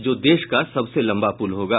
जो देश का सबसे लंबा पुल होगा